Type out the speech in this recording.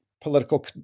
political